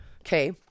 okay